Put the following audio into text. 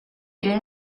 ему